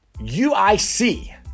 UIC